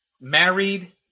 Married